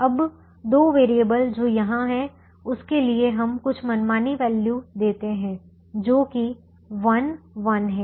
अब 2 वेरिएबल जो यहां हैं उसके लिए हम कुछ मनमानी वैल्यू देते हैं जोकि 11 हैं